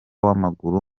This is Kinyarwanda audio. w’amaguru